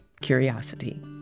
curiosity